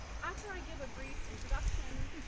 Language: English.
after i give a brief introduction,